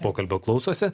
pokalbio klausosi